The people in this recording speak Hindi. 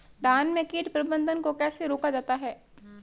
धान में कीट प्रबंधन को कैसे रोका जाता है?